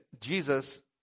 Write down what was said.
Jesus